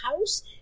House